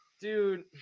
Dude